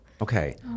Okay